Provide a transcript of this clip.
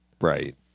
Right